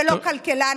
ולא כלכלן,